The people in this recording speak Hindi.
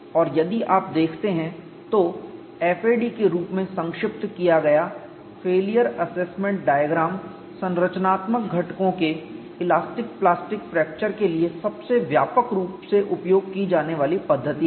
और यदि आप देखते हैं तो FAD के रूप में संक्षिप्त किया गया फेलियर असेसमेंट डायग्राम संरचनात्मक घटकों के इलास्टिक प्लास्टिक फ्रैक्चर के लिए सबसे व्यापक रूप से उपयोग की जाने वाली पद्धति है